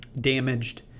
damaged